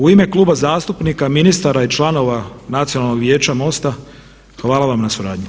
U ime Kluba zastupnika, ministara i članova Nacionalnog vijeća MOST-a hvala vam na suradnji.